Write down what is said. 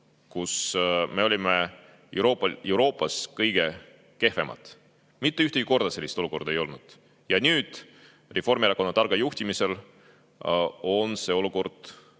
mitte, olnud Euroopas kõige kehvemad. Mitte ühtegi korda sellist olukorda ei ole olnud. Nüüd, Reformierakonna targal juhtimisel, on see olukord